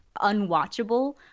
unwatchable